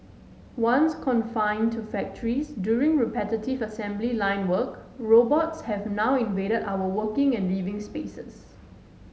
once confined to factories doing repetitive assembly line work robots have now invaded our working and living spaces